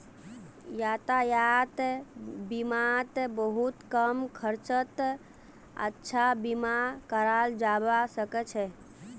यातायात बीमात बहुत कम खर्चत अच्छा बीमा कराल जबा सके छै